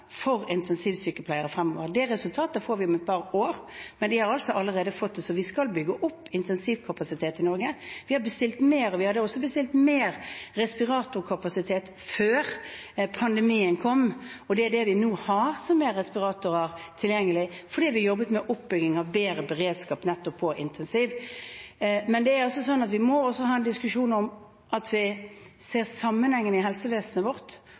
fremover. Det resultatet får vi om et par år. Men de har altså allerede fått det. Så vi skal bygge opp intensivkapasitet i Norge. Vi hadde også bestilt mer respiratorkapasitet før pandemien kom, og det er det vi nå har, som gjør respiratorer tilgjengelige – fordi vi jobbet med oppbygging av bedre beredskap nettopp på intensivområdet. Men vi må også ha en diskusjon der vi ser sammenhengen i helsevesenet vårt.